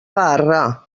barra